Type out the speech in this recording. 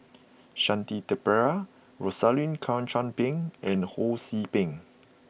Shanti Pereira Rosaline Chan Pang and Ho See Beng